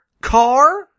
Car